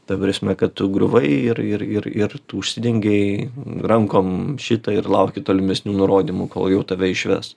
ta prasme kad tu griuvai ir ir ir ir tu užsidengei rankom šitą ir lauki tolimesnių nurodymų kol jau tave išves